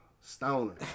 Stoner